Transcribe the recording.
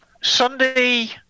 Sunday